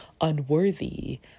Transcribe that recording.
unworthy